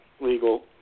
legal